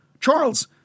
Charles